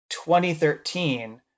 2013